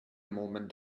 movement